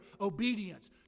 obedience